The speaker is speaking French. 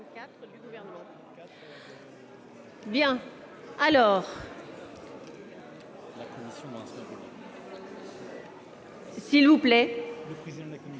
s'il vous plaît,